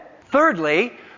Thirdly